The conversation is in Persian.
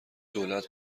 دولت